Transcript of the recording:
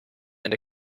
and